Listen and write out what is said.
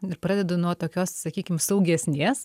ir pradedu nuo tokios sakykim saugesnės